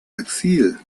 exil